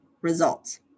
results